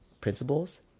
principles